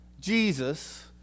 Jesus